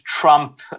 Trump